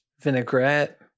vinaigrette